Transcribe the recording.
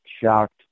shocked